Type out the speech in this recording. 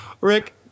Rick